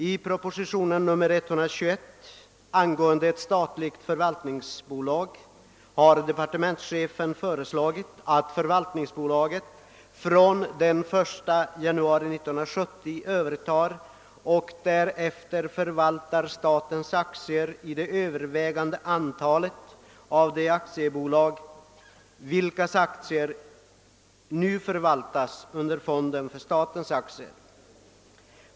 I propositionen 121 angående ett statligt förvaltningsbolag har departementschefen föreslagit, att förvaltningsbolaget den 1 januari 1970 övertar och därefter förvaltar statens aktier i det övervägande antalet av de aktiebolag vilkas aktier nu förvaltas av fonden för statens aktier.